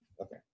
Okay